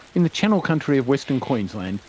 in the channel country of western queensland,